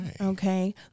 Okay